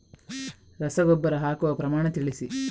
ರಸಗೊಬ್ಬರ ಹಾಕುವ ಪ್ರಮಾಣ ತಿಳಿಸಿ